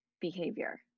behavior